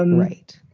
um right.